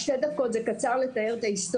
שתי דקות זה זמן קצר לתאר את ההיסטוריה.